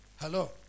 Hello